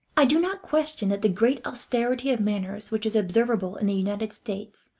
i do not question that the great austerity of manners which is observable in the united states,